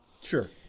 Sure